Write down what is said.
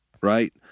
right